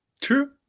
True